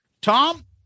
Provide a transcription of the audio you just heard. Tom